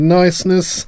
niceness